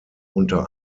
unter